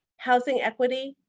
housing equity,